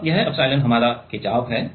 अब यह एप्सिलॉन हमारा खिंचाव है